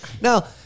Now